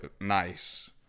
nice